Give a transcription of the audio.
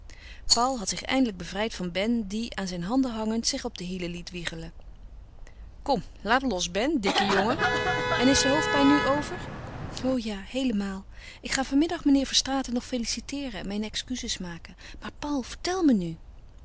paul had zich eindelijk bevrijd van ben die aan zijn handen hangend zich op de hielen liet wiegelen kom laat los ben dikke jongen en is de hoofdpijn nu over o ja heelemaal ik ga vanmiddag meneer verstraeten nog feliciteeren en mijn excuses maken maar paul vertel me nu